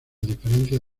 diferencia